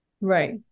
Right